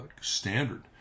standard